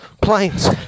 planes